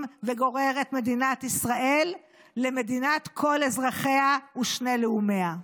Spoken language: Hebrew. וגורר את מדינת ישראל למדינת כל אזרחיה ושני לאומיה.